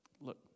Look